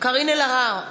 קארין אלהרר,